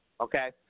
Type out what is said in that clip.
okay